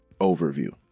overview